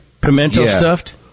Pimento-stuffed